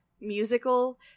musical